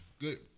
Good